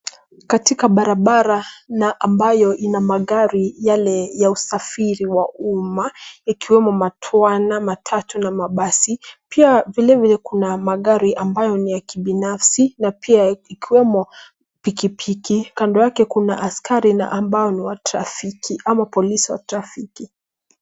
Katika barabara na ambayo ina magari yale ya usafiri wa umma, yakiwemo matwana , matatu na mabasi, pia vilevile pia kuna magari ambayo ni ya kibinafsi na pia ikiwemo pikipiki kando yake kuna askari ambaye ni wa trafiki au polisi wa trafiki.